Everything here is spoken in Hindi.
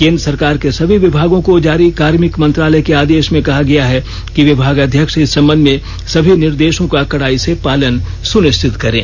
केन्द्र सरकार के सभी विभागों को जारी कार्मिक मंत्रालय के आदेश में कहा गया है कि विभागाध्यक्ष इस संबंध में सभी निर्देशों का कड़ाई से पालन सुनिश्चित करें